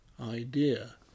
idea